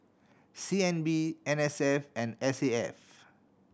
C N B N S F and S A F